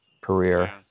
career